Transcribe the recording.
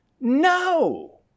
No